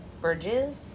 Bridges